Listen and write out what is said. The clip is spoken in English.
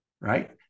right